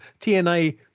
TNA